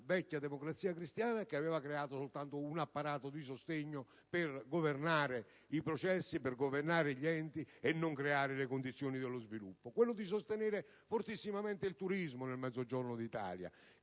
vecchia Democrazia Cristiana (che aveva creato soltanto un apparato di sostegno per governare i processi e gli enti e non creare le condizioni dello sviluppo). Occorre anche sostenere fortissimamente il turismo, nel Mezzogiorno d'Italia.